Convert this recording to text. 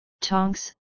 Tonks